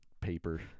paper